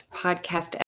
podcast